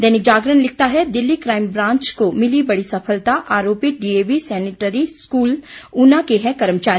दैनिक जागरण लिखता है Delhi crime branch को मिली बड़ी सफलता आरोपित डीएवी सेंटेनरी स्कूल ऊना के हैं कर्मचारी